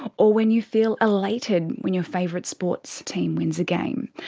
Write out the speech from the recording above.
or when you feel elated when your favourite sports team wins a game.